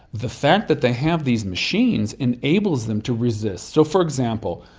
the fact that they have these machines enables them to resist. so for example,